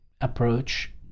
approach